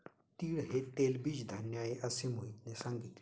तीळ हे तेलबीज धान्य आहे, असे मोहितने सांगितले